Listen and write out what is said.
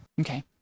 Okay